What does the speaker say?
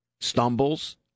stumbles